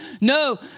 No